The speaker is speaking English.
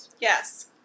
Yes